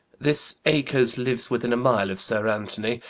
this acres lives within a mile of sir anthony,